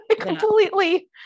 completely